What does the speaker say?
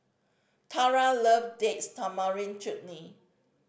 Tarah love Date Tamarind Chutney